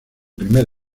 primer